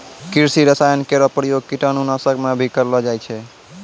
कृषि रसायन केरो प्रयोग कीटाणु नाशक म भी करलो जाय छै